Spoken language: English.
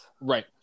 Right